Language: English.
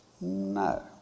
No